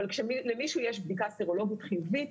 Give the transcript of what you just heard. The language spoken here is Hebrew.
אבל כשלמישהו יש בדיקה סרולוגית חיובית,